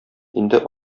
инде